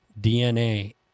DNA